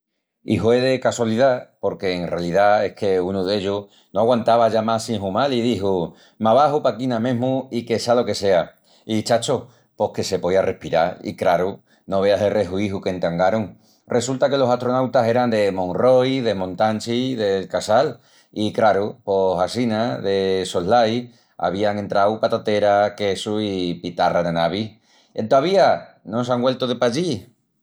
I hue de casolidá, porque en ralidá es qu'unu d'ellus no aguantava ya más sin humal i dixu: m'abaxu paquina mesmu i que sea lo que sea. I, chacho, pos que se poía respiral, i craru, no veas el rehuiju qu'entangarun. Resulta que los astronautas eran de Monroi, de Montanchi i del Casal i, craru, pos assina de soslai, avían entrau patatera, quesu i pitarra ena navi. Entovía no s'án güeltu de pallí!